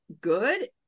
good